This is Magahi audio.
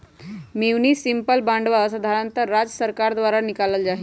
म्युनिसिपल बांडवा साधारणतः राज्य सर्कार द्वारा निकाल्ल जाहई